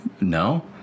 No